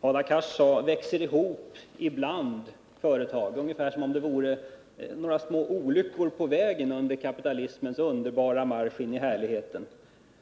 Hadar Cars sade att företag ibland växer ihop, ungefär som om det vore några små olyckor på vägen under kapitalets underbara marsch in i härligheten.